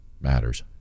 matters